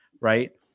right